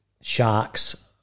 Sharks